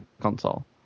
console